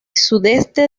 sudeste